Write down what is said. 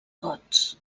gots